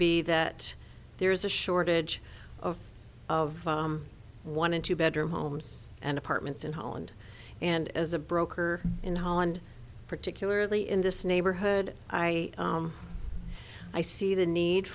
be that there is a shortage of of one in two bedroom homes and apartments in holland and as a broker in holland particularly in this neighborhood i i see the need